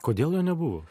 kodėl jo nebuvo